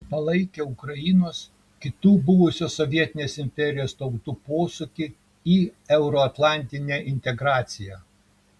palaikė ukrainos kitų buvusios sovietinės imperijos tautų posūkį į euroatlantinę integraciją